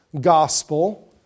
gospel